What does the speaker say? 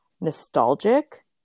nostalgic